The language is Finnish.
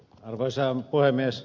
arvoisa puhemies